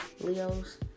Leos